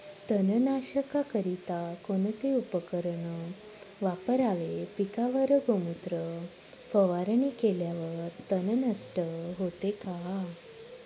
तणनाशकाकरिता कोणते उपकरण वापरावे? पिकावर गोमूत्र फवारणी केल्यावर तण नष्ट होते का?